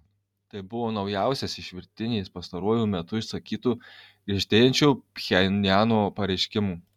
tai buvo naujausias iš virtinės pastaruoju metu išsakytų griežtėjančių pchenjano pareiškimų